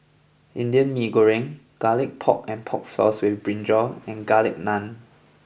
Indian Mee Goreng Garlic Pork and Pork Floss with Brinjal and Garlic Naan